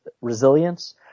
resilience